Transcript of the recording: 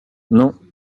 non